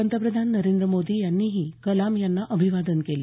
पंतप्रधान नरेंद्र मोदी यांनीही कलाम यांना अभिवादन केलं